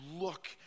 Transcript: look